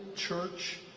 church,